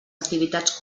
activitats